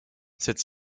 cette